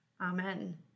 Amen